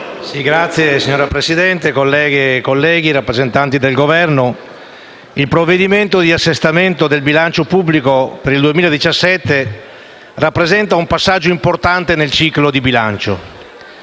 *(PD)*. Signora Presidente, colleghe e colleghi, rappresentanti del Governo, il provvedimento di assestamento del bilancio pubblico per l'anno 2017 rappresenta un passaggio importante del ciclo di bilancio.